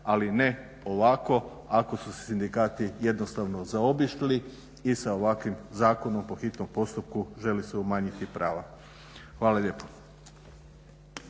ali ne ovako ako su sindikati jednostavno zaobišli i sa ovakvim Zakonom po hitnom postupku želi se umanjiti prava. Hvala lijepa.